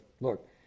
Look